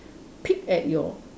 peek at your